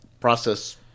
process